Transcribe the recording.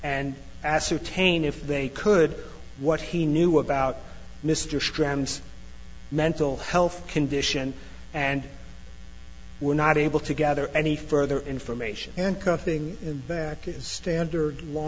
and ascertain if they could what he knew about mr strand's mental health condition and we're not able to gather any further information and cuffing him back is standard law